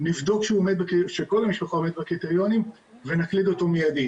נבדוק שכל המשפחה עומדת בקריטריונים ונקליד אותו מיידית.